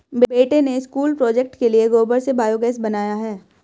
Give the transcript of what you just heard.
बेटे ने school project के लिए गोबर से बायोगैस बनाया है